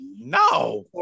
no